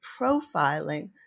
profiling